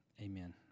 Amen